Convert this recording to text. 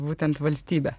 būtent valstybę